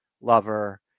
lover